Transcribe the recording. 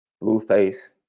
Blueface